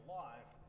life